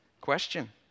question